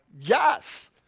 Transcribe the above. Yes